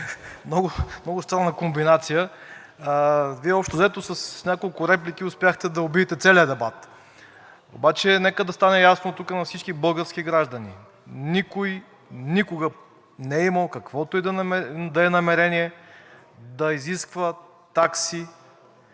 Много странна комбинация. Вие, общо взето, с няколко реплики успяхте да убиете целия дебат. Обаче нека да стане ясно тук на всички български граждани – никой никога не е имал каквото и да е намерение да изисква такси,